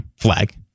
flag